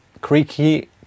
Creaky